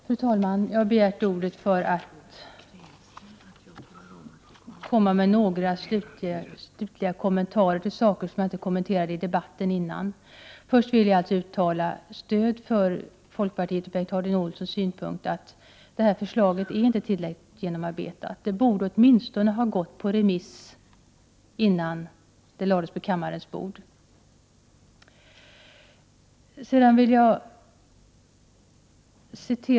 Fru talman! Jag har begärt ordet för att göra några slutliga kommentarer till sådant som jag inte tidigare kommenterat i debatten. Jag vill först uttala mitt stöd för folkpartisten Bengt Harding Olsons synpunkt att detta förslag inte är tillräckligt genomarbetat. Det borde åtminstone ha gått ut på remiss innan det lades på kammarens bord.